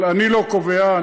אבל אני לא קובע,